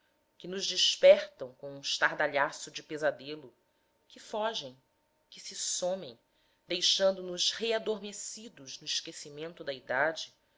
que nos despertam com um estardalhaço de pesadelo que fogem que somem se deixandonos readormecidos no esquecimento da idade